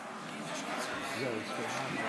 סעיף 2